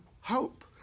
hope